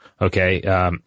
Okay